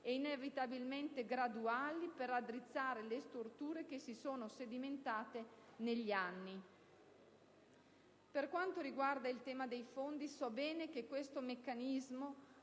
e inevitabilmente graduali per raddrizzare le storture che si sono sedimentate negli anni. Per quanto riguarda il tema dei fondi, so bene che questo meccanismo